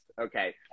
okay